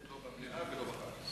לא במליאה ולא בוועדה.